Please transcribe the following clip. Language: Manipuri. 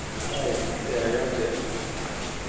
ꯀꯌꯥ ꯌꯥꯎꯗꯦ